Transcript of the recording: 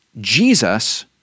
Jesus